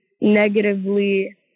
negatively